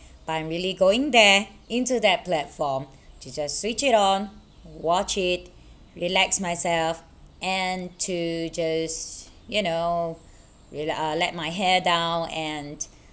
but I'm really going there into that platform to just switch it on watch it relax myself and to just you know really uh let my hair down and